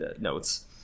notes